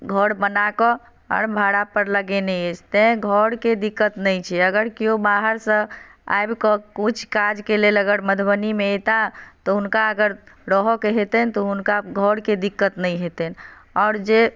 घर बनाकऽ आओर भाड़ा पर लगेने अछि तैं घर के दिक्कत नहि छै अगर केओ बाहर सँ आबि कऽ किछु काज के लेल अगर मधुबनी मे एता तऽ हुनका अगर रहऽ के हेतनि तऽ हुनका घर के दिक्कत नहि हेतनि आओर जे